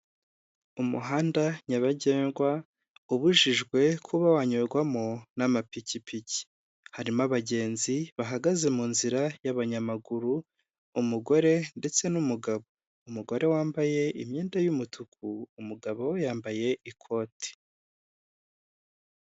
Umuhanda nyabagendwa ubujijwe kuba wanyurwamo n'amapikipiki, harimo abagenzi bahagaze mu nzira y'abanyamaguru, umugore ndetse n'umugabo, umugore wambaye imyenda y'umutuku umugabo we yambaye ikote.